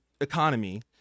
economy